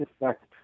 effect